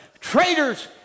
traitors